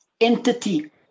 entity